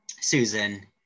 Susan